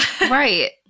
right